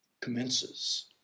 commences